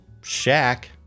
shack